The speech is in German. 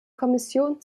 kommission